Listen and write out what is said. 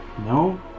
no